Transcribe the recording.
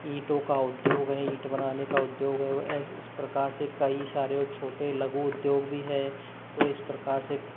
ईंटों का उद्योग है ईंट बनाने का उद्योग है वो इस प्रकार से कई सारे और छोटे लघु उद्योग भी है तो इस प्रकार से